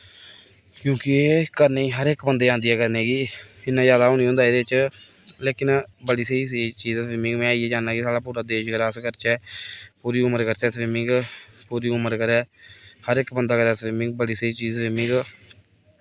क्योंकि करने ई हर इक बंदे गी आंदी ऐ करने ई इ'न्ना जादा ओह् निं होंदा एह्दे च लेकिन बड़ी स्हेई चीज ऐ स्विमिंग में इ'यै चाह्न्नां कि साढ़ा पूरा देश जेकर अस करचै पूरी उमर करचै स्विमिंग पूरी उमर करै हर इक बंदा करै स्विमिंग बड़ी स्हेई चीज ऐ स्विमिंग